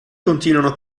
continuano